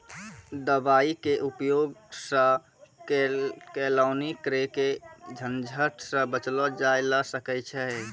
दवाई के उपयोग सॅ केलौनी करे के झंझट सॅ बचलो जाय ल सकै छै